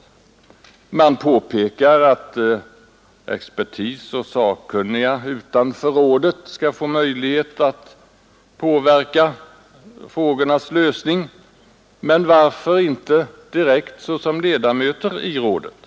Utskottet påpekar att expertis och sakkunniga utanför rådet skall få möjlighet att påverka frågornas lösning. Men varför inte såsom ledamöter i rådet?